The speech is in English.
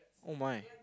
oh my